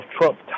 Trump